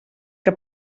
que